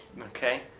Okay